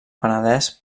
penedès